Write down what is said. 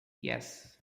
yes